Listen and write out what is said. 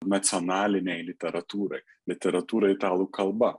nacionalinei literatūrai literatūrai italų kalba